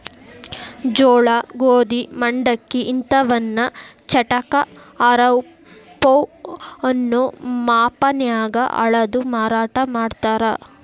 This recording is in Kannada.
ಜೋಳ, ಗೋಧಿ, ಮಂಡಕ್ಕಿ ಇಂತವನ್ನ ಚಟಾಕ, ಆರಪೌ ಅನ್ನೋ ಮಾಪನ್ಯಾಗ ಅಳದು ಮಾರಾಟ ಮಾಡ್ತಾರ